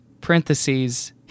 parentheses